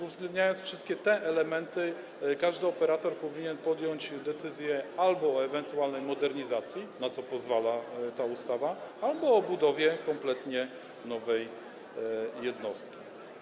Uwzględniając wszystkie te elementy, każdy operator powinien podjąć decyzję albo o ewentualnej modernizacji, na co pozwala ta ustawa, albo o budowie kompletnie nowej jednostki.